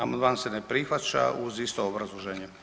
Amandman se ne prihvaća uz isto obrazloženje.